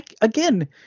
again